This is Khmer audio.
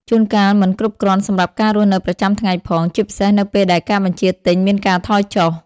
ជួនកាលមិនគ្រប់គ្រាន់សម្រាប់ការរស់នៅប្រចាំថ្ងៃផង ជាពិសេសនៅពេលដែលការបញ្ជាទិញមានការថយចុះ។